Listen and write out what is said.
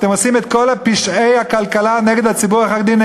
אתם עושים את כל פשעי הכלכלה נגד הציבור החרדי,